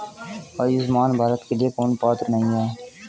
आयुष्मान भारत के लिए कौन पात्र नहीं है?